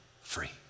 free